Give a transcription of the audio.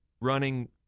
running